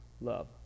love